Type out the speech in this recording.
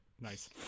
Nice